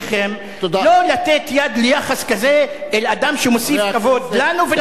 לא לתת יד ליחס כזה אל אדם שמוסיף כבוד לנו ולמערכת.